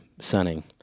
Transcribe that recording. Sunning